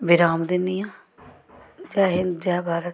विराम दिन्नी आं जै हिंद जै भारत